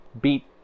Beat